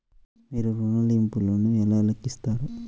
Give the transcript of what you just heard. మీరు ఋణ ల్లింపులను ఎలా లెక్కిస్తారు?